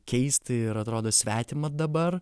keista ir atrodo svetima dabar